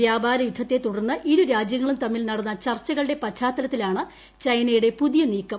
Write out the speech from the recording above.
വ്യാപാര വയുദ്ധത്തെ തുടർന്ന് ഇരുരാജ്യങ്ങളും തമ്മിൽ നടന്ന ചർച്ചുകളുടെ പശ്ചാത്തലത്തിലാണ് ചൈനയുടെ പുതിയ നീക്കം